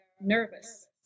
nervous